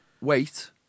wait